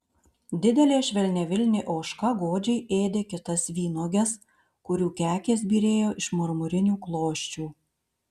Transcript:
didelė švelniavilnė ožka godžiai ėdė kitas vynuoges kurių kekės byrėjo iš marmurinių klosčių